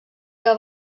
que